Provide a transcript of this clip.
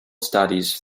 studies